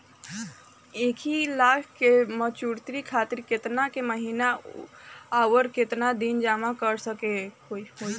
इक्कीस लाख के मचुरिती खातिर केतना के महीना आउरकेतना दिन जमा करे के होई?